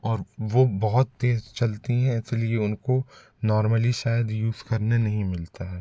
और वो बहुत तेज़ चलती हैं इसलिए उनको नॉर्मली शायद यूज़ करने नहीं मिलता है